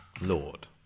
lord